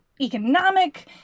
economic